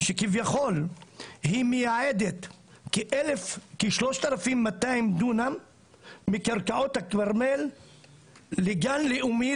שכביכול מייעדת כשלושת אלפים מאתיים דונם מקרקעות הכרמל לגן לאומי,